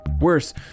Worse